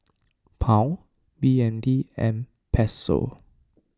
Pound B N D and Peso